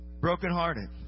brokenhearted